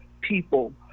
people